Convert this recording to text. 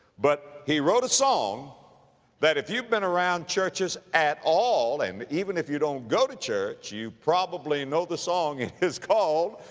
but he wrote a song that if you've been around churches at all, and even if you don't go to church, you probably know the song. it's called,